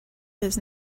his